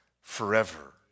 forever